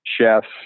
chefs